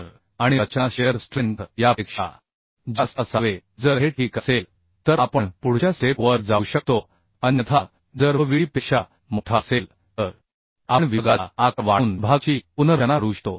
तर आणि रचना shiar स्ट्रेंथ यापेक्षा जास्त असावे जर हे ठीक असेल तर आपण पुढच्या स्टेप वर जाऊ शकतो अन्यथा जर V Vd पेक्षा मोठा असेल तर आपण विभागाचा आकार वाढवून विभागाची पुनर्रचना करू शकतो